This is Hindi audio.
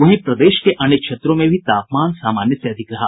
वहीं प्रदेश के अन्य क्षेत्रों में भी तापमान सामान्य से अधिक रहा